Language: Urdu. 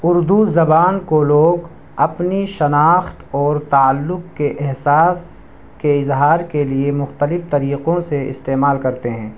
اردو زبان کو لوگ اپنی شناخت اور تعلق کے احساس کے اظہار کے لیے مختلف طریقوں سے استعمال کرتے ہیں